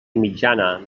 mitjana